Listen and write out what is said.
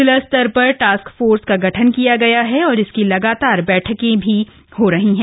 जिला स्तर पर टास्क फोर्स का गठन किया गया है और इसकी लगातार बैठकें भी हो रही हैं